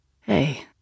Hey